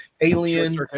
alien